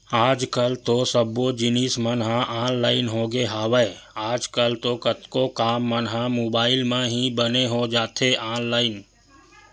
आज कल सब्बो जिनिस मन ह ऑनलाइन होगे हवय, आज कल तो कतको काम मन ह मुबाइल म ही बने हो जाथे ऑनलाइन